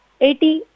80